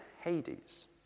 Hades